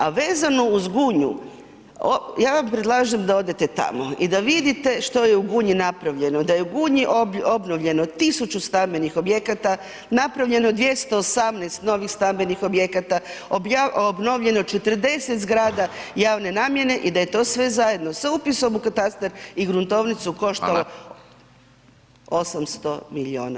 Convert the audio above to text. A vezano uz Gunju, ja vam predlažem da odete tamo i da vidite što je u Gunji napravljeno, da je u Gunji obnovljeno 1000 stambenih objekata, napravljeno 218 novih stambenih objekata, obnovljeno 40 zgrada javne namjene i da je to sve zajedno sa upisom u katastar i gruntovnicu [[Upadica: Fala]] koštalo 800 milijuna kuna.